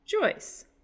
Joyce